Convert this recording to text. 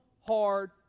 hard